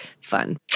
fun